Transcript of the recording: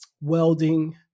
welding